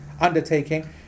undertaking